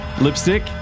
lipstick